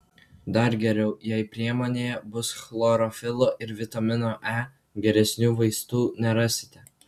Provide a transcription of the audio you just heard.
dar geriau jei priemonėje bus chlorofilo ir vitamino e geresnių vaistų nerasite